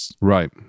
right